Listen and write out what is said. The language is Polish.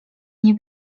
nie